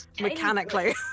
mechanically